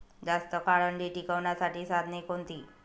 जास्त काळ अंडी टिकवण्यासाठी साधने कोणती?